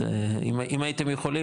אם הייתם יכולים,